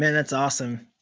that's awesome.